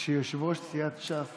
שיושב-ראש סיעת ש"ס